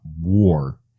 war